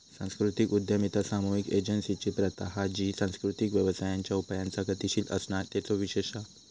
सांस्कृतिक उद्यमिता सामुहिक एजेंसिंची प्रथा हा जी सांस्कृतिक व्यवसायांच्या उपायांचा गतीशील असणा तेचो विशेष हा